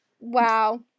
Wow